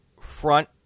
front